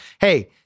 Hey